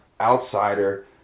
outsider